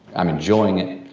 i'm enjoying it.